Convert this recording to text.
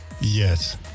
Yes